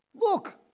look